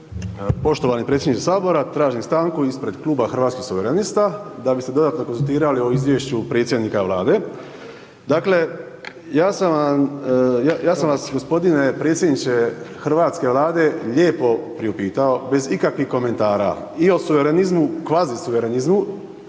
Poštovani predsjedniče sabora tražim stanku ispred Kluba Hrvatskih suvereniste da bismo se dodatno konzultirali o izvješću predsjednika vlade. Dakle, ja sam vas g. predsjedniče hrvatske vlade lijepo priupitao bez ikakvih komentara i o suverenizmu, kvazi suverenizmu,